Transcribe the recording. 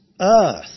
earth